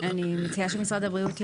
אני מציעה שמשרד הבריאות יענה.